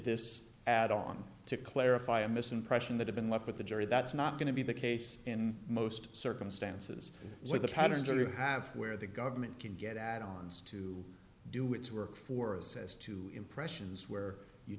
this add on to clarify amiss and pression that have been left with the jury that's not going to be the case in most circumstances where the patterns are have where the government can get add ons to do its work for us as to impressions where you